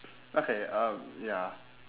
okay um ya